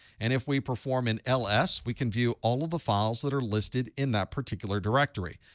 and if we perform an ls, we can view all of the files that are listed in that particular directory.